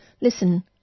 listen